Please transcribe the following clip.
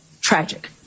tragic